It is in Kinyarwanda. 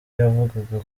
yavugaga